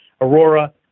Aurora